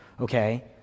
Okay